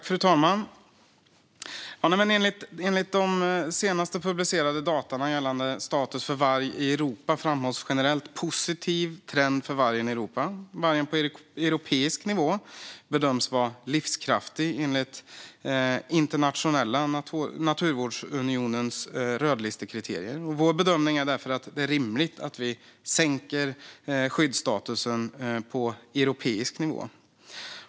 Fru talman! Enligt senast publicerade data gällande statusen för varg i Europa framhålls en generellt positiv trend. På europeisk nivå bedöms vargen vara livskraftig, enligt Internationella naturvårdsunionens rödlistekriterier. Vår bedömning är därför att det är rimligt att vi sänker skyddsstatusen på europeisk nivå.